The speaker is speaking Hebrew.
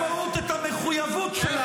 העצמאות כתבה במגילת העצמאות את המחויבות שלה